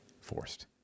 forced